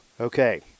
okay